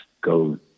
go